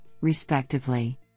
respectively